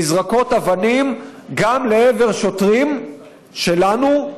נזרקות אבנים גם לעבר שוטרים שלנו,